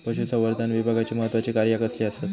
पशुसंवर्धन विभागाची महत्त्वाची कार्या कसली आसत?